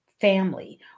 family